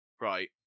right